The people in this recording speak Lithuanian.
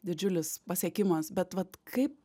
didžiulis pasiekimas bet vat kaip